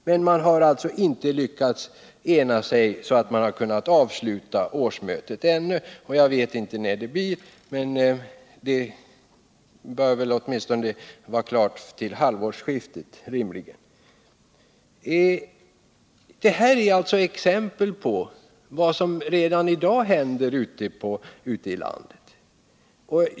Ändå har man alltså inte lyckats ena sig så att man har kunnat avsluta årsmötet; jag vet inte när det blir, men det bör rimligen ske åtminstone till halvårsskiftet. Det här är exempel på vad som redan i dag händer ute i landet.